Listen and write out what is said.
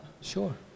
Sure